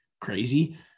crazy